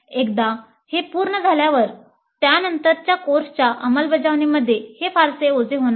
एकदा हे पूर्ण झाल्यावर त्यानंतरच्या कोर्सच्या अंमलबजावणीमध्ये हे फारसे ओझे होणार नाही